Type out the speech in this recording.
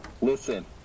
Listen